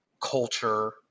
culture